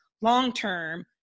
long-term